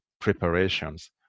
preparations